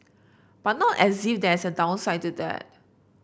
but not as if there's a downside to that